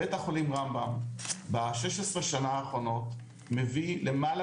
בית החולים רמב"ם ב-16 השנה האחרונות מביא למעלה